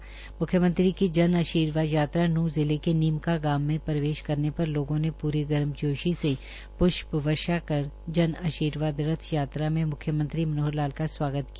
जनता मुख्यमंत्री की जन आशीर्वाद यात्रा नूंह जिले के नीमका गांव में प्रवेश करने पर लोगों ने पूरी गर्म जोशी से प्ष्प वर्षा कर जन आशीर्वाद रथ यात्रा में मुख्यमंत्री मनोहर लाल का स्वागत किया